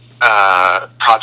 project